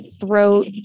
throat